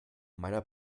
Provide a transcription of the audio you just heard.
meiner